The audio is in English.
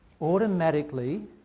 automatically